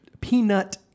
peanut